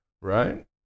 right